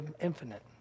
infinite